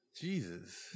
jesus